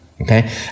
Okay